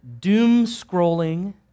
doom-scrolling